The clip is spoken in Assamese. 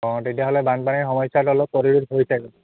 অঁ তেতিয়াহ'লে বানপানীৰ সমস্যাটো অলপ প্ৰতিৰোধ হৈছে